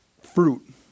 fruit